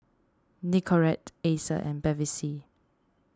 Nicorette Acer and Bevy C